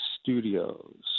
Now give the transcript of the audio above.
studios